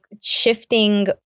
shifting